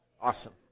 Awesome